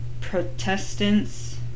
Protestants